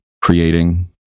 creating